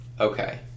Okay